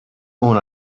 own